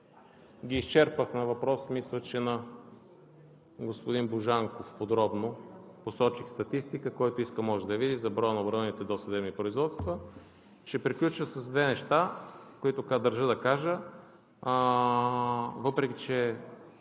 ги изчерпахме по въпрос, мисля, че на господин Божанков, подробно. Посочих статистика, който иска, може да я види, за броя на определените досъдебни производства. Ще приключа с две неща, които държа да кажа, въпреки че